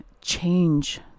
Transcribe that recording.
change